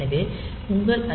எனவே உங்கள் ஐ